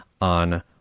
on